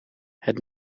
het